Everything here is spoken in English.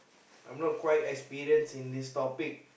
I'm not quite experienced in this topic